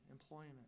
employment